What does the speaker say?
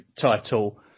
title